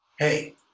Hey